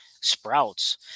sprouts